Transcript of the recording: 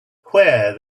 where